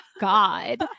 God